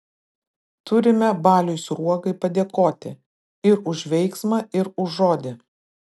turime baliui sruogai padėkoti ir už veiksmą ir už žodį